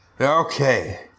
Okay